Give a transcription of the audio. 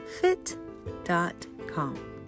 fit.com